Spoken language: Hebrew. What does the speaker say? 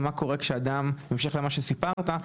בהמשך למה שסיפרת,